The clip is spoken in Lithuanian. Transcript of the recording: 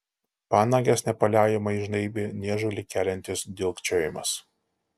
panages nepaliaujamai žnaibė niežulį keliantis dilgčiojimas